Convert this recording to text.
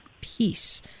Peace